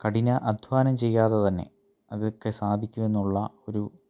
കഠിനാധ്വാനം ചെയ്യാതെ തന്നെ അതൊക്കെ സാധിക്കും എന്നുള്ള ഒരു